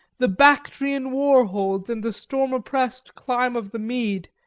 the bactrian war-holds, and the storm-oppressed clime of the mede,